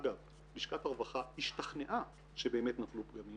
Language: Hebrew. אגב, לשכת הרווחה השתכנעה שבאמת נפלו פגמים